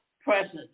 presence